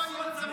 תיתן לי הוראות.